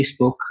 Facebook